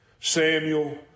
Samuel